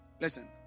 Listen